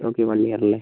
okay one year അല്ലേ